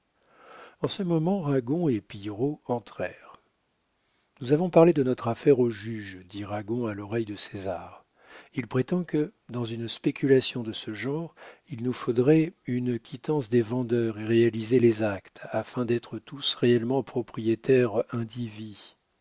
en ce moment ragon et pillerault entrèrent nous avons parlé de notre affaire au juge dit ragon à l'oreille de césar il prétend que dans une spéculation de ce genre il nous faudrait une quittance des vendeurs et réaliser les actes afin d'être tous réellement propriétaires